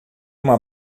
uma